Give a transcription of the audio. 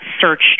search